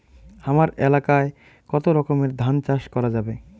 হামার এলাকায় কতো রকমের ধান চাষ করা যাবে?